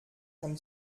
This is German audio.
kann